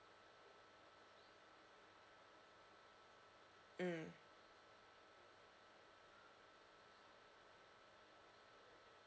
mm